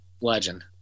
Legend